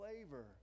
flavor